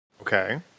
Okay